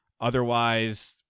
otherwise